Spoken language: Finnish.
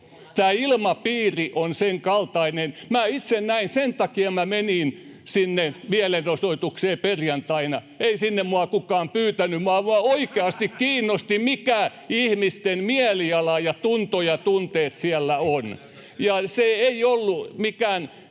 Tämä ilmapiiri on senkaltainen. Itse sen takia menin sinne mielenosoitukseen perjantaina. Ei sinne minua kukaan pyytänyt. Minua vain oikeasti kiinnosti, mitä ihmisten mieliala ja tunto ja tunteet siellä ovat. Ja se ei ollut mikään